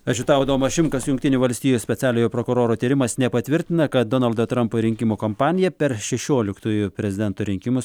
ačiū tau adomas šimkus jungtinių valstijų specialiojo prokuroro tyrimas nepatvirtina kad donaldo trampo rinkimų kampanija per šešioliktųjų prezidento rinkimus